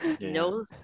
No